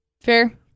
Fair